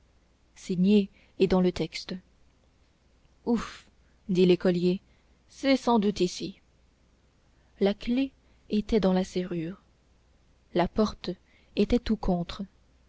signé est dans le texte ouf dit l'écolier c'est sans doute ici la clef était dans la serrure la porte était tout contre